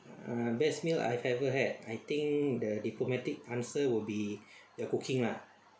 uh best meal I've ever had I think the diplomatic answer will be the cooking lah